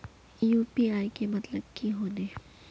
UPI के मतलब की होने?